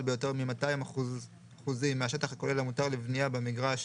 ביותר מ־200% מהשטח הכולל המותר לבנייה במגרש